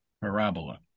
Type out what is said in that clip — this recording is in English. parabola